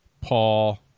Paul